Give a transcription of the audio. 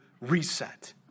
reset